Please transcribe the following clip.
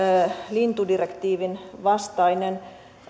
lintudirektiivin vastainen